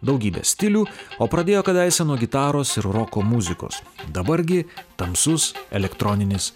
daugybe stilių o pradėjo kadaise nuo gitaros ir roko muzikos dabar gi tamsus elektroninis